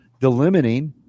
delimiting